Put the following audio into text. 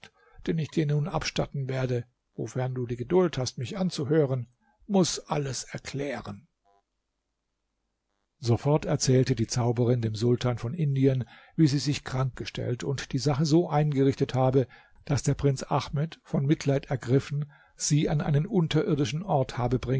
den ich dir nun abstatten werde wofern du die geduld hast mich anzuhören muß alles erklären sofort erzählte die zauberin dem sultan von indien wie sie sich krank gestellt und die sache so eingerichtet habe daß der prinz ahmed von mitleid ergriffen sie an einen unterirdischen ort habe